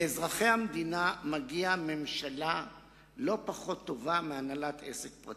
לאזרחי המדינה מגיעה ממשלה לא פחות טובה מהנהלת עסק פרטי.